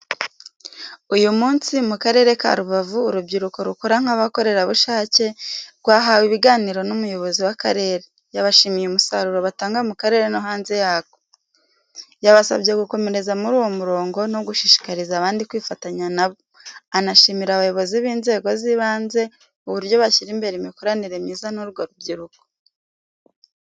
Uyu munsi, mu Karere ka Rubavu, urubyiruko rukora nk’abakorerabushake rwahawe ibiganiro n’Umuyobozi w'Akarere, yabashimiye umusaruro batanga mu karere no hanze yako. Yabasabye gukomereza muri uwo murongo no gushishikariza abandi kwifatanya na bo, anashimira abayobozi b’inzego zibanze, uburyo bashyira imbere imikoranire myiza n’urwo rubyiruko.